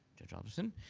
judge alderson,